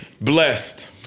Blessed